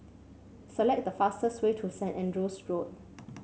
select the fastest way to Saint Andrew's Road